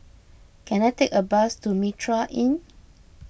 can I take a bus to Mitraa Inn